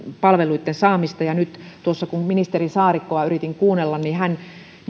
palveluitten saamista nyt kun ministeri saarikkoa yritin kuunnella niin hän